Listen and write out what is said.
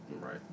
Right